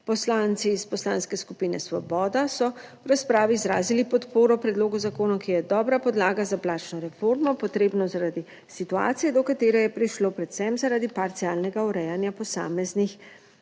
Poslanci iz Poslanske skupine Svoboda so v razpravi izrazili podporo predlogu zakona, ki je dobra podlaga za plačno reformo, potrebno zaradi situacije, do katere je prišlo predvsem zaradi parcialnega urejanja posameznih